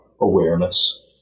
awareness